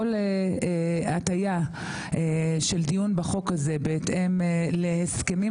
כל הטיה של דיון בחוק הזה בהתאם להסכמים